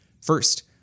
First